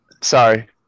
sorry